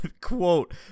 quote